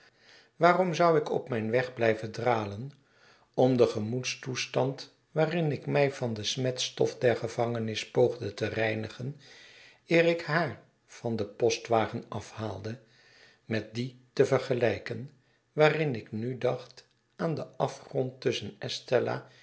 waarom zou ik op mijn weg blijven dralen om den gemoedstoestand waarin ik mij van de smetstof der gevangenis poogde te reinigen eer ik haar van den postwagen afhaalde met dien te vergelijken waarin ik nu dacht aan den afgrond tusschen esteila